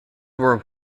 were